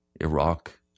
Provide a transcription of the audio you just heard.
Iraq